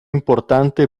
importante